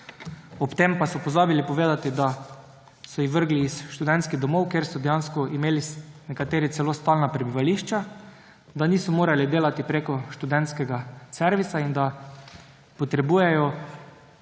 Ob tem pa so pozabili povedati, da so jih vrgli iz študentskih domov, ker so dejansko imeli nekateri celo stalna prebivališča, da niso mogli delati preko študentskega servisa in da potrebujejo